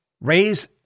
raise